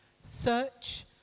search